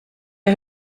der